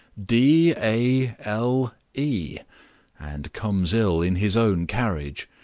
d, a, l, e and comes ill in his own carriage.